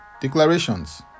declarations